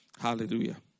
Hallelujah